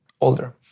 older